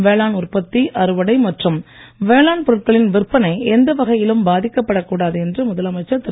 வேளாண் உற்பத்தி அறுவடை மற்றும் வேளாண் பொருட்களின் விற்பனை எந்த வகையிலும் பாதிக்கப்படக் கூடாது என்று முதலமைச்சர் திரு